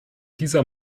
dieser